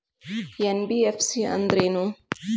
NBFC ಅಂದ್ರೇನು?